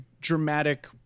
dramatic